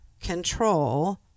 control